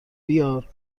بیار